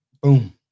Boom